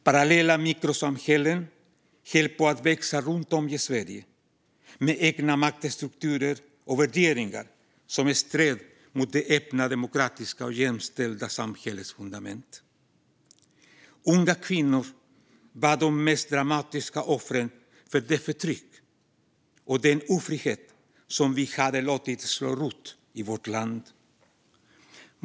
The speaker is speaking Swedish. Parallella mikrosamhällen höll på att växa runt om i Sverige, med egna maktstrukturer och värderingar som stred mot det öppna, demokratiska och jämställda samhällets fundament. Unga kvinnor var de mest dramatiska offren för det förtryck och den ofrihet som vi hade låtit slå rot i vårt land.